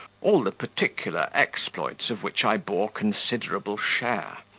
all the particular exploits of which i bore considerable share.